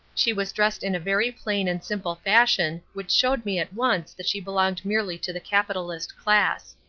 she was dressed in a very plain and simple fashion which showed me at once that she belonged merely to the capitalist class.